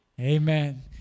amen